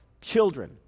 children